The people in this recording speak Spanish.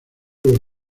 los